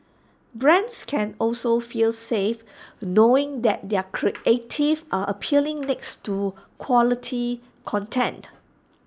brands can also feel safe knowing that their creatives are appearing next to quality content